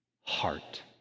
heart